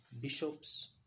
bishops